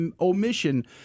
omission